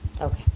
Okay